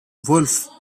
wolfe